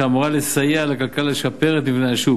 שאמורה לסייע לכלכלה לשפר את מבנה השוק